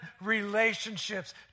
relationships